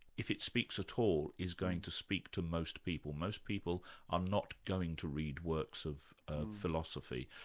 if it speaks at all, is going to speak to most people. most people are not going to read works of of philosophy.